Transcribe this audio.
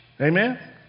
Amen